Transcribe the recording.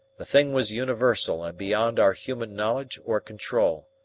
the thing was universal and beyond our human knowledge or control.